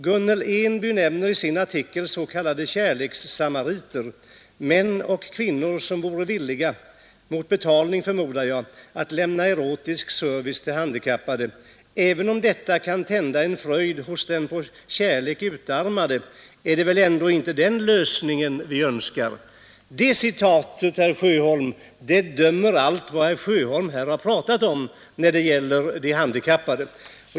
Gunnel Enby nämner i sin artikel s.k. kärlekssamariter, män och kvinnor som vore villiga — mot betalning förmodar jag — att lämna erotisk service till handikappade. Även om detta kan tända en fröjd hos den på kärlek utarmade, är det väl ändå inte den lösningen vi önskar oss.” Det citatet, herr Sjöholm, dömer allt vad herr Sjöholm här har pratat om när det gäller de handikappade.